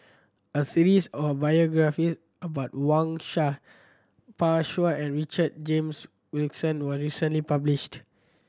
a series of biography about Wang Sha Pan Shou and Richard James Wilkinson was recently published